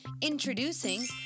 Introducing